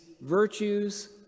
virtues